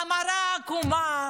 המראה עקומה.